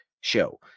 show